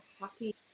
happy